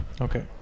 Okay